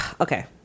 okay